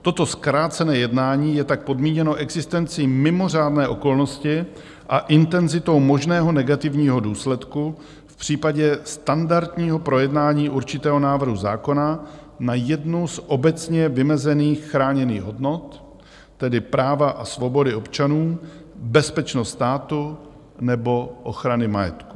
Toto zkrácené jednání je tak podmíněno existencí mimořádné okolnosti a intenzitou možného negativního důsledku v případě standardního projednání určitého návrhu zákona na jednu z obecně vymezených chráněných hodnot, tedy práva a svobody občanů, bezpečnost státu nebo ochrany majetku.